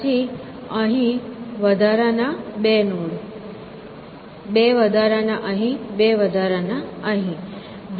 પછી બે વધારાના અહીં બે વધારાના અહીં બે વધારાના અહીં